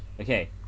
Okay